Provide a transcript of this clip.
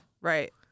Right